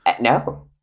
No